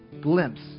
glimpse